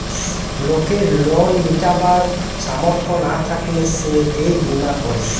লোকের লোন মিটাবার সামর্থ না থাকলে সে এই বীমা করে